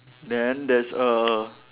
then there's a